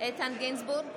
איתן גינזבורג,